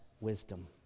wisdom